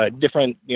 different